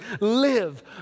live